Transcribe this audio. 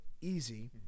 easy